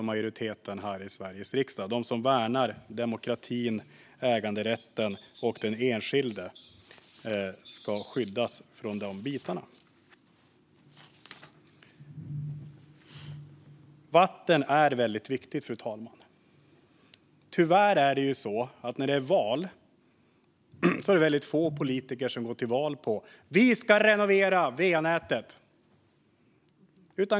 Majoriteten här i Sveriges riksdag värnar demokratin och äganderätten och att den enskilde ska skyddas från dessa delar. Vatten är väldigt viktigt, fru talman. Tyvärr är det väldigt få politiker som går till val på att man ska renovera va-nätet.